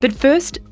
but first,